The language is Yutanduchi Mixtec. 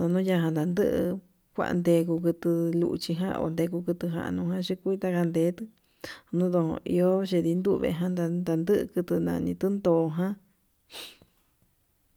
odoya'a naduu kuandengu kutu luu chindan onde kukutuján jan nukuta nannguetu nondon iho yendinduve ndadagan nduu kutunani nduntoján.